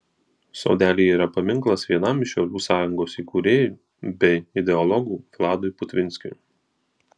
sodelyje yra paminklas vienam iš šaulių sąjungos įkūrėjų bei ideologų vladui putvinskiui